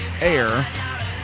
air